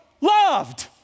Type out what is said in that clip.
loved